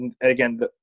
again